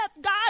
God